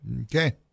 okay